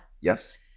Yes